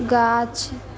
गाछ